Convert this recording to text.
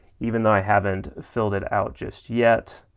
even though i haven't filled it out just yet,